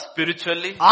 Spiritually